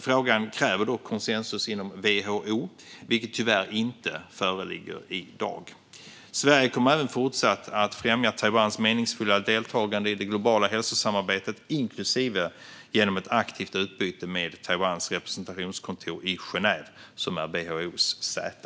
Frågan kräver dock konsensus inom WHO, vilket tyvärr inte föreligger i dag. Sverige kommer även fortsatt att främja Taiwans meningsfulla deltagande i det globala hälsosamarbetet, inklusive genom ett aktivt utbyte med Taiwans representationskontor i Genève, som är WHO:s säte.